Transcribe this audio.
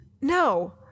No